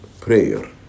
prayer